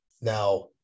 Now